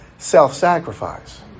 Self-sacrifice